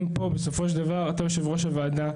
פה שבסופו של דבר את יושב ראש הוועדה,